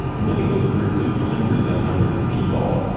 and looking at those groups of hundreds and hundreds of people,